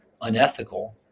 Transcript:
unethical